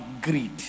greed